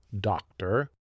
doctor